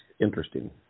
interesting